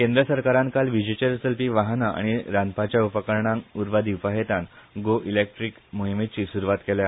केंद्र सरकारान काल विजेचेर चलपी वाहना आनी रांदपाच्या उपकरणाकं उर्बा दिवपाहेतान गो इलेक्ट्रीक मोहीमेची स्रूवात केल्या